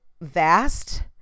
vast